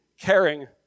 caring